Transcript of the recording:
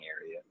area